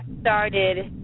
started